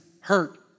hurt